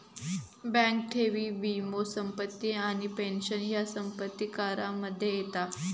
bank ठेवी, वीमो, संपत्ती आणि पेंशन ह्या संपत्ती करामध्ये येता